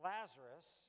Lazarus